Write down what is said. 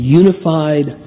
unified